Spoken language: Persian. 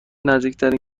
نزدیکترین